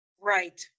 right